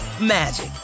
magic